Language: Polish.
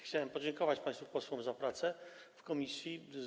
Chciałem podziękować państwu posłom za pracę w komisji.